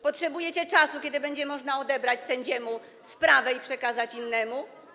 Potrzebujecie takiego czasu, kiedy będzie można odebrać sędziemu sprawę i przekazać innemu?